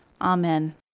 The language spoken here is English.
Amen